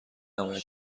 نباید